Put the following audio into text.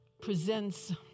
presents